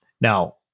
Now